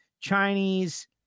Chinese